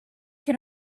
can